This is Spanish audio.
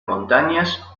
montañas